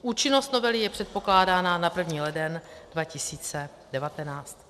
Účinnost novely je předpokládána na 1. leden 2019.